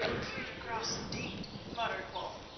coup de grace indeed, muttered wulf,